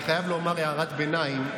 אני חייב לומר בהערת ביניים,